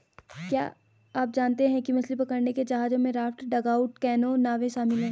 क्या आप जानते है मछली पकड़ने के जहाजों में राफ्ट, डगआउट कैनो, नावें शामिल है?